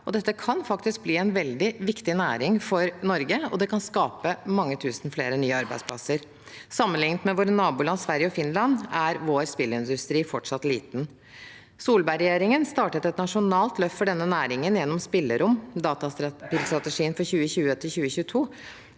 Det kan faktisk bli en veldig viktig næring for Norge, og det kan skape mange tusen flere nye arbeidsplasser. Sammenlignet med våre naboland Sverige og Finland er vår spillindustri fortsatt liten. Solberg-regjeringen startet et nasjonalt løft for denne næringen gjennom Spillerom, dataspillstrategien for 2020–2022.